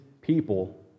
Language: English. people